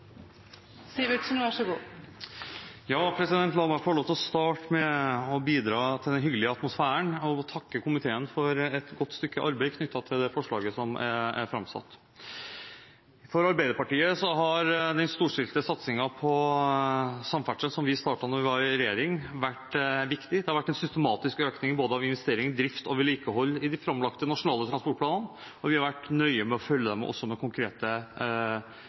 La meg få lov til å starte med å bidra til den hyggelige atmosfæren ved å takke komiteen for et godt stykke arbeid knyttet til det forslaget som er framsatt. For Arbeiderpartiet har den storstilte satsingen på samferdsel som vi startet da vi var i regjering, vært viktig. Det har vært en systematisk økning av både investeringer, drift og vedlikehold i de framlagte nasjonale transportplaner, og vi har også vært nøye med å følge dem med konkrete